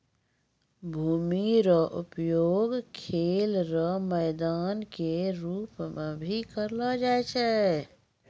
भूमि रो उपयोग खेल रो मैदान के रूप मे भी करलो जाय छै